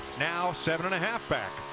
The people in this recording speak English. now seven and a half back.